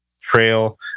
trail